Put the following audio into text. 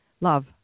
love